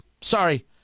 Sorry